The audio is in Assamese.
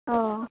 অঁ